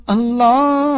Allah